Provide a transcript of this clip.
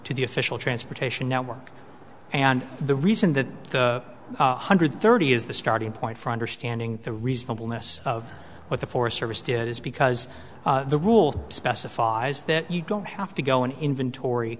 to the official transportation network and the reason that one hundred thirty is the starting point for understanding the reasonableness of what the forest service did is because the rule specifies that you don't have to go and inventory